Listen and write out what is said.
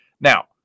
Now